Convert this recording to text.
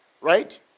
Right